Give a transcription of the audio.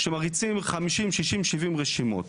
שמריצים 50, 60, 70 רשימות.